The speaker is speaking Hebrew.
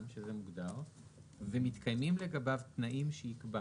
- כפי שמוגדר בסעיף ההגדרות - ושמתקיימים לגביו תנאים שיקבע